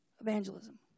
Evangelism